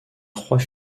trois